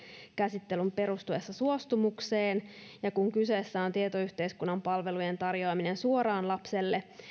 käsittelyn perustuessa suostumukseen ja kun kyseessä on tietoyhteiskunnan palvelujen tarjoaminen suoraan lapselle